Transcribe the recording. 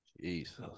Jesus